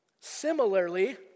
Similarly